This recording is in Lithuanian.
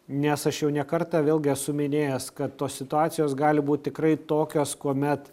nes aš jau ne kartą vėlgi esu minėjęs kad tos situacijos gali būt tikrai tokios kuomet